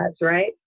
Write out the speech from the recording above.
right